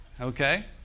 Okay